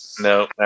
No